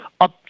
up